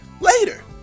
later